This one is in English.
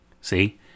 See